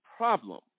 problem